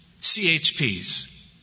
CHPs